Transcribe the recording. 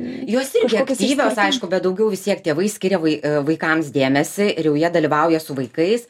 jos irgi aktyvios aišku bet daugiau vis tiek tėvai skiria vai vaikams dėmesį ir jau jie dalyvauja su vaikais